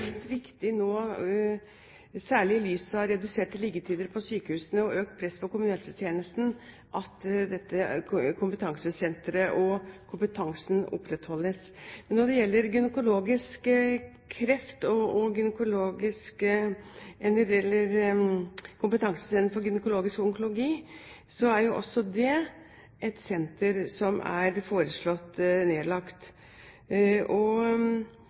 er ikke minst viktig nå, særlig i lys av reduserte liggetider på sykehusene og økt press på kommunehelsetjenesten, at dette kompetansesenteret og kompetansen opprettholdes. Når det gjelder kompetansesenter for gynekologisk onkologi, er også det et senter som er foreslått nedlagt. Kompetansesenteret har bidratt til betydelig fagutvikling på området, som har reddet kvinners liv og